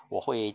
我会